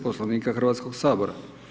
Poslovnika Hrvatskoga sabora.